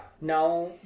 Now